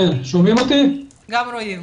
בבקשה.